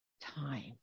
time